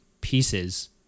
pieces